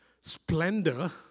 splendor